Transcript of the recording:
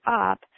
up